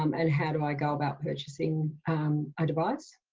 um and how do i go about purchasing a device?